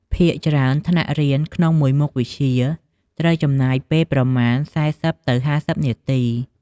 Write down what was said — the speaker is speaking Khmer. ភាគច្រើន ថ្នាក់រៀនក្នុងមួយមុខវិជ្ជាត្រូវចំណាយពេលប្រមាណ ៤០ទៅ៥០នាទី។